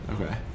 Okay